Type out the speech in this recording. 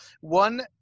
One